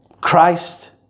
Christ